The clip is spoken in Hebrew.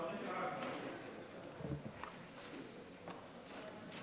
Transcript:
מי היה